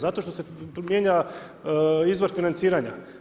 Zato što se mijenja izvor financiranja.